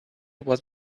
was